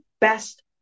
best